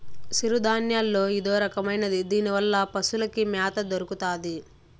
సిరుధాన్యాల్లో ఇదొరకమైనది దీనివల్ల పశులకి మ్యాత దొరుకుతాది